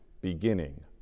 beginning